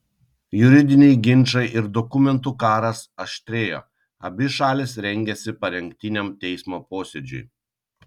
juridiniai ginčai ir dokumentų karas aštrėjo abi šalys rengėsi parengtiniam teismo posėdžiui